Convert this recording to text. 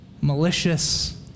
malicious